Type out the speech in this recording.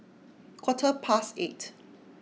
quarter past eight